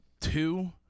Two